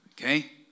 Okay